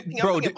bro